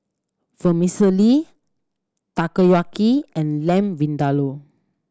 Vermicelli Takoyaki and Lamb Vindaloo